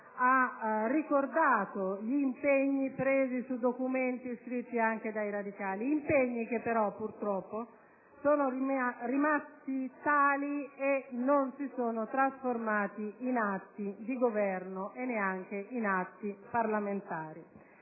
ha ricordato gli impegni presi sulla base di documenti scritti anche dai radicali, impegni che però purtroppo sono rimasti tali e non si sono trasformati in atti di Governo e neanche in atti parlamentari.